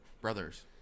brothers